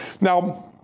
Now